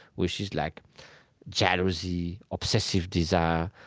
which is like jealousy, obsessive desire,